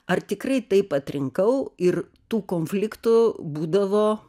ar tikrai taip atrinkau ir tų konfliktų būdavo